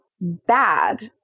bad